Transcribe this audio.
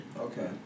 Okay